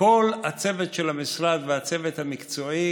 כל הצוות של המשרד והצוות המקצועי,